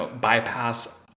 bypass